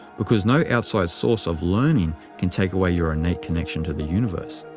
because no outside source of learning can take away your innate connection to the universe.